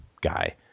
guy